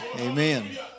Amen